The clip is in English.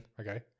Okay